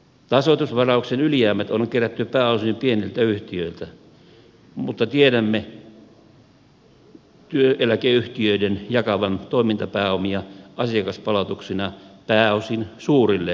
tasoitusvarauksen ylijäämät on kerätty pääosin pieniltä yhtiöiltä mutta tiedämme työeläkeyhtiöiden jakavan toimintapääomia asiakaspalautuksina pääosin suurille yhtiöille